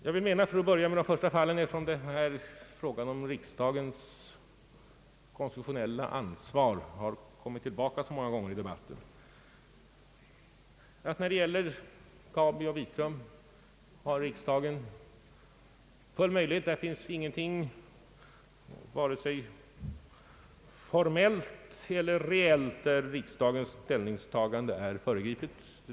Jag vill börja med de två första fallen, eftersom frågan om riksdagens konstitutionella ansvar kommit tillbaka så många gånger i debatten. När det gäller Kabi och Vitrum har riksdagens ställningstagande varken formellt eller reellt föregripits.